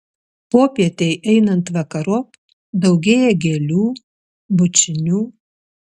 popietei einant vakarop daugėja gėlių bučinių